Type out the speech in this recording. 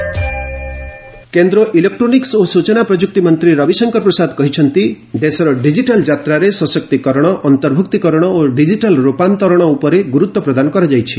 digital ଜଣ୍ଣି କେନ୍ଦ୍ର electronics ଓ ସୂଚନା ପ୍ରଯୁକ୍ତି ମନ୍ତ୍ରୀ ରବିଶଙ୍କର ପ୍ରସାଦ କହିଛନ୍ତି ଦେଶର ଡିକିଟାଲ୍ ଯାତ୍ରାରେ ସଶକ୍ତିକରଣ ଅନ୍ତର୍ଭୁକ୍ତିକରଣ ଓ ଡିଜିଟାଲ୍ ରୂପାନ୍ତରଣ ଉପରେ ଗୁରୁତ୍ୱ ପ୍ରଦାନ କରାଯାଇଛି